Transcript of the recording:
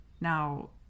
Now